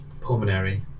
Pulmonary